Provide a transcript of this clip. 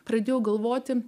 pradėjau galvoti